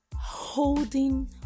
holding